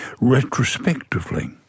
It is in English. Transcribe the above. retrospectively